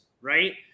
right